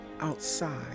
Outside